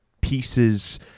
pieces